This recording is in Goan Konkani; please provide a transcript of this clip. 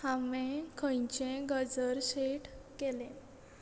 हांवें खंयचें गजर सेट केलें